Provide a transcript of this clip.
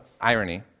irony